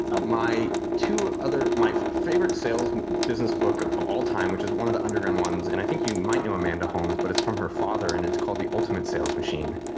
um my two other my favorite sales and business book of of all time, which is one the underground ones and i think you might know amanda holmes but it's from her father and it's called the ultimate sales machine.